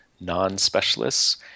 non-specialists